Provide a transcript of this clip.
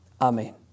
Amen